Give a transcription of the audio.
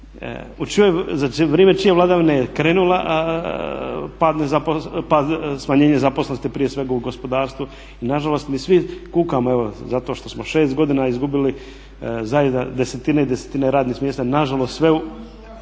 za vrijeme čije vladavine je krenulo smanjenje zaposlenosti prije svega u gospodarstvu i nažalost mi svi kukamo evo zato što smo 6 godina izgubili … desetine i desetine radnih mjesta nažalost sve u